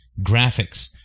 graphics